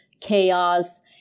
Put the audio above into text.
chaos